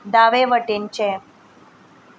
दावे वटेनचें